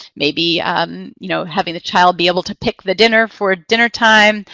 maybe you know having the child be able to pick the dinner for dinner time.